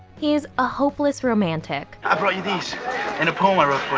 he's a hopeless romantic. i brought you these and a poem i wrote for